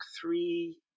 three